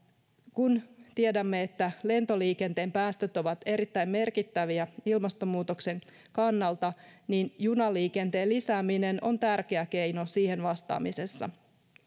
kun tiedämme että lentoliikenteen päästöt ovat erittäin merkittäviä ilmastonmuutoksen kannalta niin junaliikenteen lisääminen on tärkeä keino siihen vastaamisessa